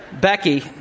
Becky